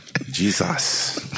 Jesus